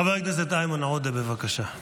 חבר הכנסת איימן עודה, בבקשה,